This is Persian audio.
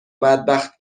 بدبخت